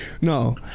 No